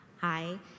Hi